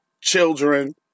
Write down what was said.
children